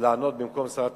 לענות במקום שר התחבורה,